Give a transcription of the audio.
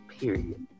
period